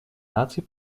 наций